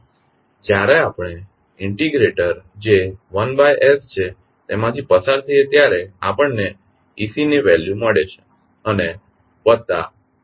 જ્યારે આપણે ઇન્ટિગ્રેટર જે 1s છે તેમાંથી પસાર થઈએ ત્યારે આપણને ect ની વેલ્યુ મળે છે અને વત્તા ઇનિશ્યલ કંડીશન